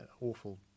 awful